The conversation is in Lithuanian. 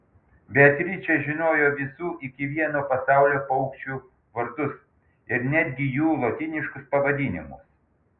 beatričė žinojo visų iki vieno pasaulio paukščių vardus ir netgi jų lotyniškus pavadinimus